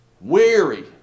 weary